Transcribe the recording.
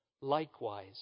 Likewise